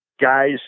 guys